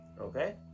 Okay